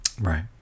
Right